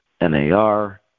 NAR